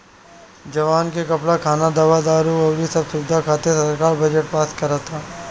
जवान के कपड़ा, खाना, दवा दारु अउरी सब सुबिधा खातिर सरकार बजट पास करत ह